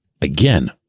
Again